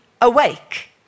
awake